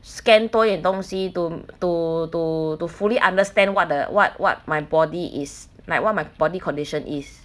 scan 多一点东西 to to to to fully understand what uh what what my body is like what my body condition is